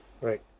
Right